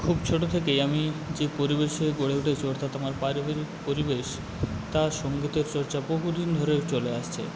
খুব ছোটো থেকে আমি যে পরিবেশে গড়ে উঠেছি অর্থাৎ আমার পারিবারিক পরিবেশ তার সংগীতের চর্চা বহুদিন ধরে চলে আসছে